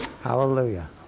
Hallelujah